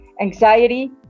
anxiety